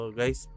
guys